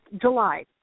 July